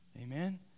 Amen